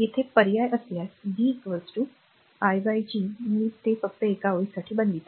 येथे पर्याय असल्यास v r i by G मी ते फक्त एका ओळीसाठी बनवित आहे